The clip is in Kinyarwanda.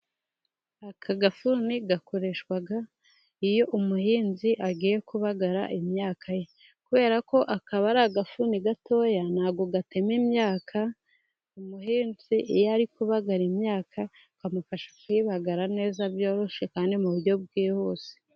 Aka gafuni gakoreshwa iyo umuhinzi agiye kubagara imyaka ye. Kubera ko kaba ari agafuni gatoya, ntabwo gatema imyaka, umuhinzi iyo ari kubagara imyaka, kamufasha kuyibagara neza byoroshye, kandi mu buryo bwihuse.